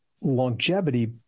longevity